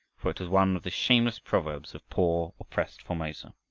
for it was one of the shameless proverbs of poor, oppressed formosa.